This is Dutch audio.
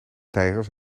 tijgers